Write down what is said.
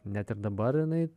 net ir dabar jinai